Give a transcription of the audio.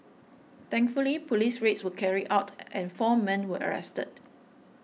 thankfully police raids were carried out and four men were arrested